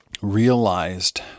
realized